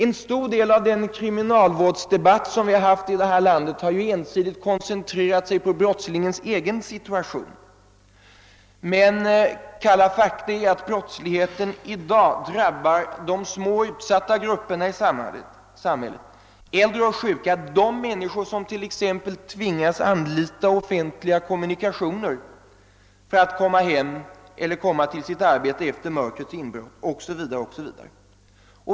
En stor del av den kriminalvårdsdebatt som vi har haft i vårt land har ensidigt koncentrerats på brottslingens egen situation, men det kalla faktum är att brottsligheten i dag drabbar de små och utsatta i samhället: äldre och sjuka, människor som tvingas anlita offentliga kommunikationer för att komma hem eller till sitt arbete efter mörkrets inbrott o.s.v.